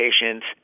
patients